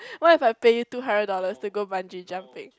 what if I pay you two hundred dollars to go bungee jumping